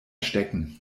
stecken